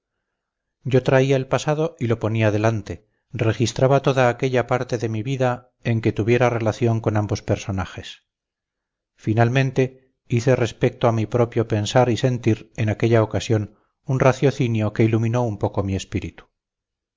yo traía el pasado y lo ponía delante registraba toda aquella parte de mi vida en que tuviera relación con ambos personajes finalmente hice respecto a mi propio pensar y sentir en aquella ocasión un raciocinio que iluminó un poco mi espíritu